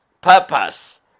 purpose